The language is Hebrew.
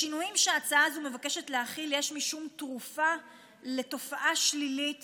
בשינויים שההצעה הזו מבקשת להחיל יש משום תרופה לתופעה שלילית